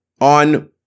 on